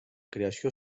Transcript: creació